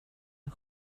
mig